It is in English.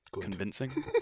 convincing